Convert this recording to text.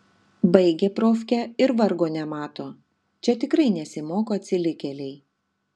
baigia profkę ir vargo nemato čia tikrai nesimoko atsilikėliai